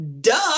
duh